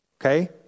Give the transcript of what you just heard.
Okay